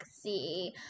see